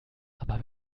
aber